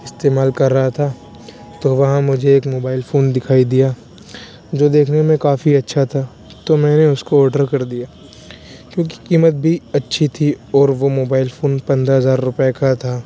استعمال کر رہا تھا تو وہاں مجھے ایک موبائل فون دکھائی دیا جو دیکھنے میں کافی اچھا تھا تو میں نے اس کو آڈر کر دیا کیونکہ قیمت بھی اچھی تھی اور وہ موبائل فون پندرہ ہزار روپے کا تھا